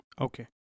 Okay